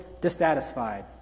dissatisfied